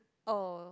oh